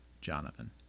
Jonathan